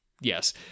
Yes